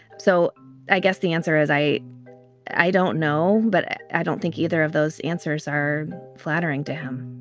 so i guess the answer is i i don't know. but ah i don't think either of those answers are flattering to him